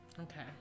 Okay